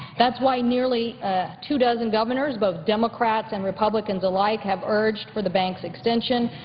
that's why nearly two dozen governors, both democrats and republicans alike, have urged for the bank's extension,